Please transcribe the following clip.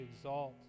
exalt